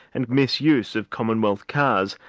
and misuse of commonwealth cars.